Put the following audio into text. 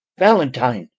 valentine.